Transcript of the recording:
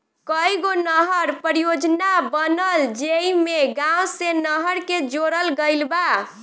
कईगो नहर परियोजना बनल जेइमे गाँव से नहर के जोड़ल गईल बा